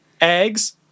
eggs